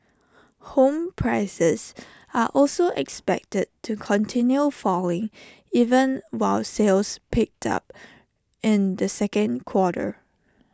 home prices are also expected to continue falling even while sales picked up in the second quarter